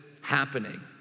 happening